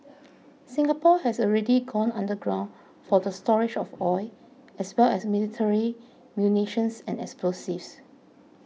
Singapore has already gone underground for the storage of oil as well as military munitions and explosives